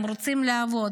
הם רוצים לעבוד,